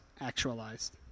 actualized